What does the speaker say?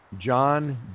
John